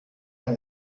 ein